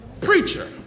preacher